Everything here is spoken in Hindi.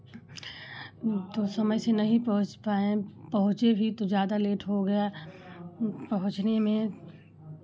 तो समय से नहीं पहुँच पाए पहुंचे भी तो ज़्यादा लेट हो गया पहुँचने में